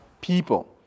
people